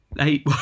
eight